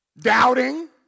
Doubting